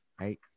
right